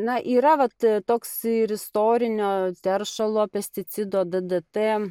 na yra vat toks ir istorinio teršalo pesticido ddt